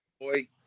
boy